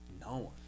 no